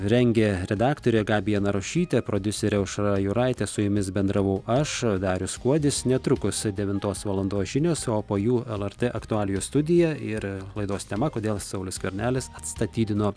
rengė redaktorė gabija narušytė prodiuserė aušra juraitė su jumis bendravau aš darius kuodis netrukus devintos valandos žinios o po jų lrt aktualijų studija ir laidos tema kodėl saulius skvernelis atstatydino